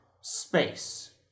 space